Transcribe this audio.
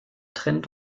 trennt